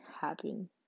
happen